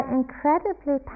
incredibly